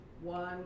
One